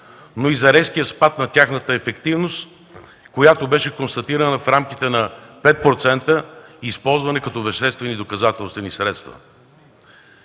но и за резкия спад на тяхната ефективност, която беше констатирана в рамките на 5% използвани като веществени доказателствени средства.